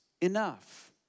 enough